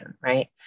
right